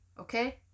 okay